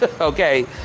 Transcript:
Okay